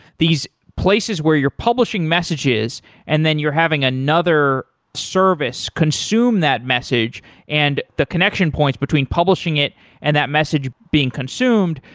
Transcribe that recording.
these places where you're publishing messages and then you're having another service consume that message and the connection points between publishing it and that message being consumed,